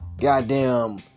goddamn